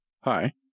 Hi